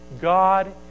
God